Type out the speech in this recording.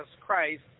Christ